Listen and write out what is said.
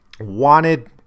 wanted